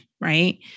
right